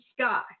Sky